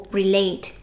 relate